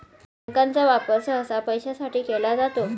बँकांचा वापर सहसा पैशासाठी केला जातो